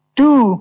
two